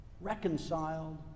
reconciled